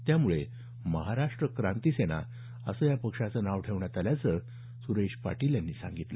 त्यामुळे महाराष्ट्र क्रांती सेना असं पक्षाचं नाव ठेवण्यात आल्याचं पाटील यांनी सांगितलं